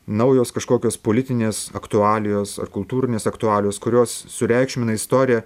naujos kažkokios politinės aktualijos ar kultūrinės aktualijos kurios sureikšmina istoriją